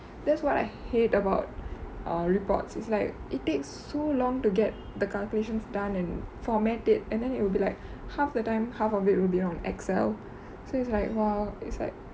that's what I hate about err reports it's like it takes so long to get the calculations done and format it and then it will be like half the time half of it will on excel so it's like !wow! it's like